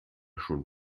schon